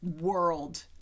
world